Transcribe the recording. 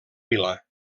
vila